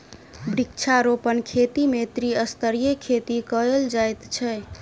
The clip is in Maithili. वृक्षारोपण खेती मे त्रिस्तरीय खेती कयल जाइत छै